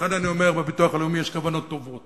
לכן אני אומר: בביטוח הלאומי יש כוונות טובות